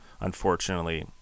unfortunately